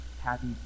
happy